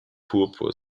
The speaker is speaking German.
purpur